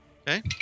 okay